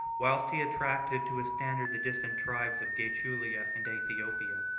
whilst he attracted to his standard the distant tribes of gaetulia and aethiopia.